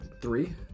Three